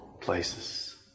places